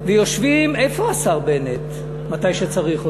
דנים, ויושבים, איפה השר בנט מתי שצריך אותו?